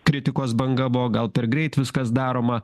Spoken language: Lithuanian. kritikos banga buvo gal per greit viskas daroma